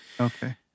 Okay